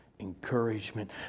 encouragement